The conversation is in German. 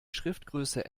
schriftgröße